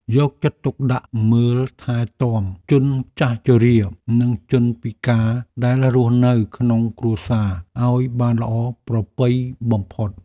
យកចិត្តទុកដាក់មើលថែទាំជនចាស់ជរានិងជនពិការដែលរស់នៅក្នុងគ្រួសារឱ្យបានល្អប្រពៃបំផុត។